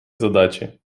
задачи